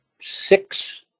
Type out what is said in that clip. six